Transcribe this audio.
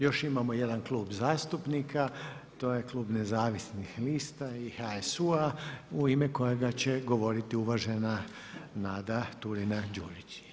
Još imamo jedan klub zastupnika, to je Klub nezavisnih lista i HSU-a, u ime kojega će govoriti uvažena Nada Turina Đurić.